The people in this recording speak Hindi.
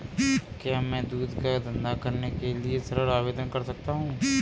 क्या मैं दूध का धंधा करने के लिए ऋण आवेदन कर सकता हूँ?